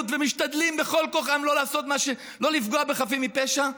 ומשתדלים בכל כוחם לא לפגוע בחפים מפשע.